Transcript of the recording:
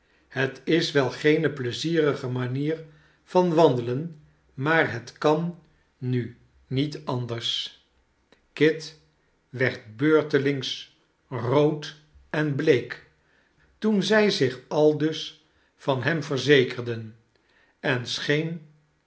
het is wel geene pleizierige manier van wandelen maar het kan nu niet anders kit werd beurtelings rood en bleek toen zij zich aldus van hem verzekerden en